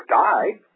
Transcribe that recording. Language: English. died